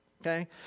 Okay